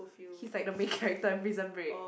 he's like the main character in Prison Break